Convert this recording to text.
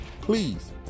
Please